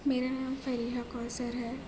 میرا نام فریحہ کوثر ہے